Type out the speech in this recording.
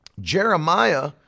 Jeremiah